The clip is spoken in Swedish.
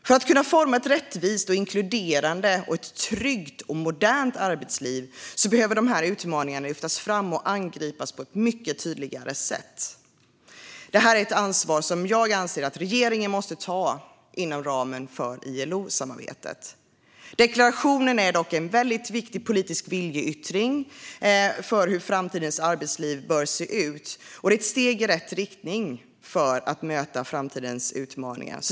För att kunna forma ett rättvist, inkluderande, tryggt och modernt arbetsliv behöver utmaningarna lyftas fram och angripas på ett mycket tydligare sätt. Det här är ett ansvar som jag anser att regeringen måste ta inom ramen för ILO-samarbetet. Deklarationen är dock en viktig politisk viljeyttring för hur framtidens arbetsliv bör se ut, och den är ett steg i rätt riktning för att möta framtidens utmaningar.